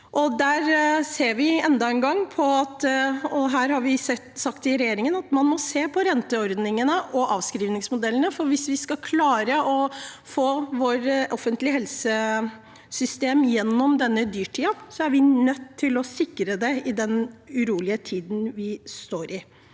Vi har sagt til regjeringen at man må se på renteordningene og avskrivningsmodellene, for hvis vi skal klare å få vårt offentlige helsesystem gjennom denne dyrtiden, er vi nødt til å sikre det i den urolige tiden vi står i.